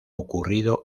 ocurrido